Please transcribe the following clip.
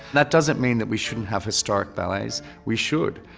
that doesn't mean that we shouldn't have historic ballets. we should.